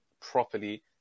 properly